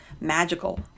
magical